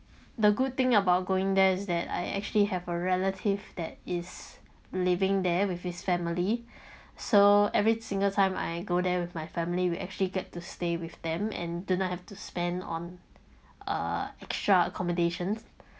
the good thing about going there is that I actually have a relative that is living there with his family so every single time I go there with my family we actually get to stay with them and do not have to spend on a extra accommodation